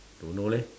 don't know leh